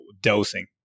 dosing